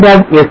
cir pv